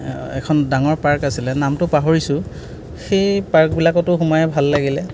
এখন ডাঙৰ পাৰ্ক আছিলে নামটো পাহৰিছোঁ সেই পাৰ্কবিলাকটো সোমাই ভাল লাগিলে